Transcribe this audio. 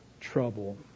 trouble